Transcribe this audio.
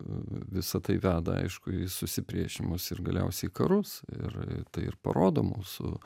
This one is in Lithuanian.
visa tai veda aišku į susipriešinimus ir galiausiai karus ir tai ir parodo mūsų